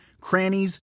crannies